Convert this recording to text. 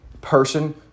person